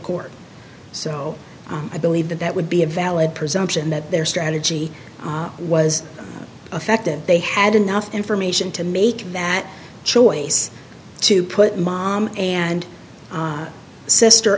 court so i believe that that would be a valid presumption that their strategy was effective they had enough information to make that choice to put mom and sister